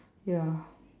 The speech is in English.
ya